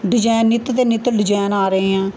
design ਨਿੱਤ ਦੇ ਨਿੱਤ ਡਿਜ਼ਾਈਨ ਆ ਰਹੇ ਆ